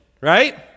right